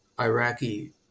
Iraqi